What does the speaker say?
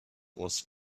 was